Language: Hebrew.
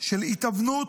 של התאבנות,